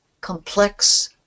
complex